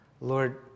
Lord